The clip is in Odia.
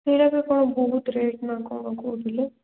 ସେଇଟା ତ କ'ଣ ବହୁତ ରେଟ୍ ନା କ'ଣ କହୁଥିଲେ